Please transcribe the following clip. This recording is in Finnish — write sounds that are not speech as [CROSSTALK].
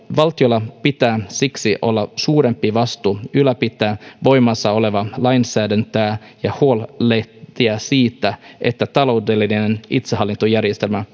valtiolla pitää siksi olla suurempi vastuu ylläpitää voimassa olevaa lainsäädäntöä ja huolehtia siitä että taloudellinen itsehallintojärjestelmä [UNINTELLIGIBLE]